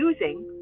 using